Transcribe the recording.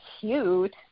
cute